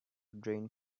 drained